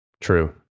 True